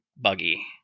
buggy